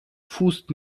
fußt